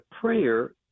prayer